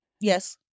yes